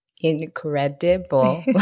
Incredible